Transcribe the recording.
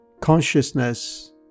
consciousness